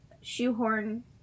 shoehorn